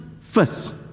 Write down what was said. first